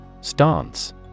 Stance